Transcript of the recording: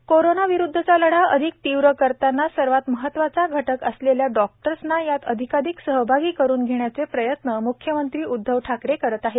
मख्यमंत्री कोरोनाविरुद्धचा लढा अधिक तीव्र करतांना सर्वात महत्वाचा घटक असलेल्या डॉक्टर्सना यात अधिकाधिक सहभागी करून घेण्याचे प्रयत्न मुख्यमंत्री उद्धव ठाकरे करीत आहेत